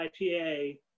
IPA